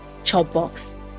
Chopbox